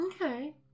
Okay